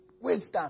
wisdom